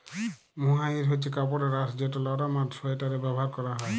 mohair হছে কাপড়ের আঁশ যেট লরম আর সোয়েটারে ব্যাভার ক্যরা হ্যয়